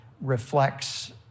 reflects